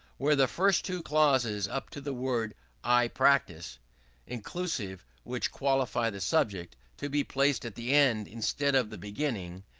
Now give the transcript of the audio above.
were the first two clauses, up to the word i practice inclusive, which qualify the subject, to be placed at the end instead of the beginning,